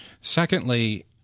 Secondly